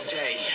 day